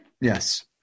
Yes